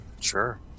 Sure